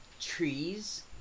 trees